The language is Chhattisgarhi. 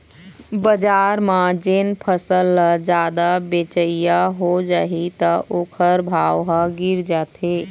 बजार म जेन फसल ल जादा बेचइया हो जाही त ओखर भाव ह गिर जाथे